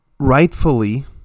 Rightfully